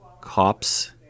Cops